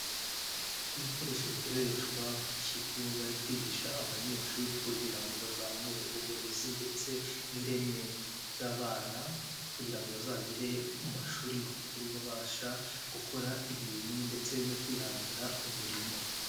Ibikoresho bikoreshwa ku kigo bari kwigisha abanyeshuri kugira ngo bazamure uburezi ndetse n'ireme ry'abana kugira ngo bazagere mu mashuri makuru babasha gukora ibintu ndetse no kwihangira umurimo.